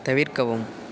தவிர்க்கவும்